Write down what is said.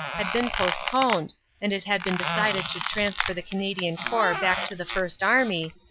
had been postponed and it had been decided to transfer the cana dian corps back to the first army,